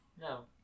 no